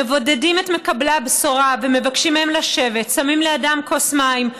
הם מבודדים את מקבלי הבשורה ומבקשים מהם לשבת ושמים לידם כוס מים,